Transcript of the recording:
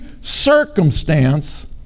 circumstance